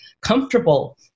comfortable